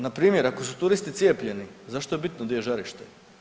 Npr. ako su turisti cijepljeni zašto je bitno gdje je žarište?